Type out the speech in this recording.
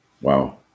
wow